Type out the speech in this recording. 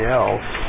else